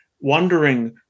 wondering